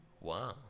Wow